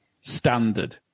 standard